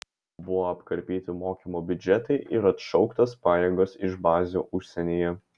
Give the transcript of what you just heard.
buvo apkarpyti mokymo biudžetai ir atšauktos pajėgos iš bazių užsienyje